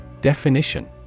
Definition